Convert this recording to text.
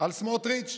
על סמוטריץ'